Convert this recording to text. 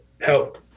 help